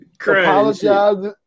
Apologize